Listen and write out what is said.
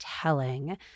telling